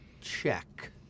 Check